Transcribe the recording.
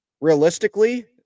Realistically